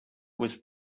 was